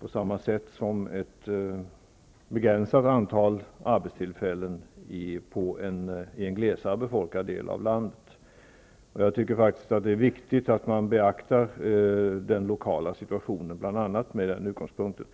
på samma sätt som ett begränsat antal arbetstillfällen i en mera glest befolkad del av landet. Det är viktigt att beakta den lokala situationen med bl.a. den utgångspunkten.